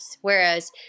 Whereas